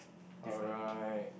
alright